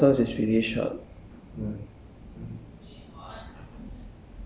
life is short but long sometimes but sometimes it's really short